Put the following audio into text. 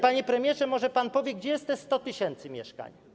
Panie premierze, może pan powie: Gdzie jest te 100 tys. mieszkań?